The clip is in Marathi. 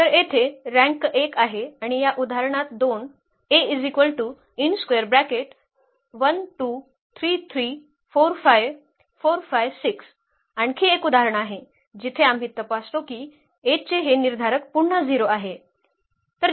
तर येथे रँक 1 आहे आणि या उदाहरणात 2 आणखी एक उदाहरण आहे जिथे आम्ही तपासतो की A चे हे निर्धारक पुन्हा 0 आहे